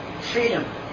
freedom